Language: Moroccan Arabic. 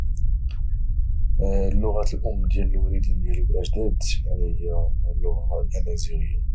اللغه الام ديال الوالدين ديالي والاجداد يعني هي اللغه الامازيغيه